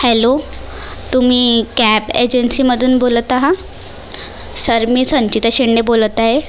hello तुम्ही cab एजन्सीमधून बोलत आहा सर मी संचिता शेंडे बोलत आहे